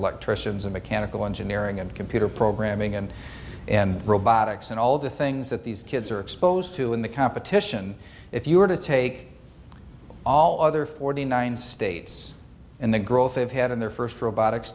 electricians and mechanical engineering and computer programming and and robotics and all the things that these kids are exposed to in the competition if you were to take all other forty nine states and the growth of head in their first robotics